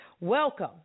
Welcome